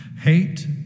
Hate